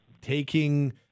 taking